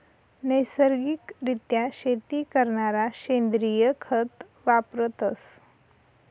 नैसर्गिक रित्या शेती करणारा सेंद्रिय खत वापरतस